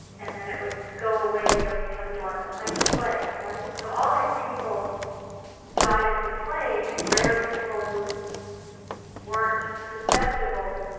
and then it would go away or become dormant like the plague, right? so all these people died of the plague, and rare people who weren't susceptible